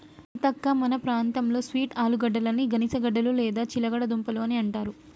సీతక్క మన ప్రాంతంలో స్వీట్ ఆలుగడ్డని గనిసగడ్డలు లేదా చిలగడ దుంపలు అని అంటారు